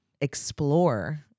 explore